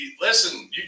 listen